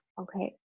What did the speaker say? Okay